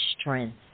strength